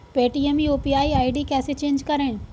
Paytm UPI ID कैसे change करें?